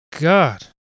God